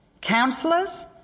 counselors